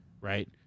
right